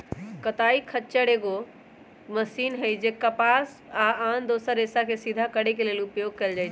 कताइ खच्चर एगो मशीन हइ जे कपास आ आन दोसर रेशाके सिधा करे लेल उपयोग कएल जाइछइ